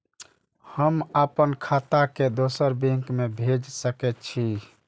हम आपन खाता के दोसर बैंक में भेज सके छी?